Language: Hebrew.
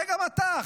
וגם אתה,